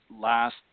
last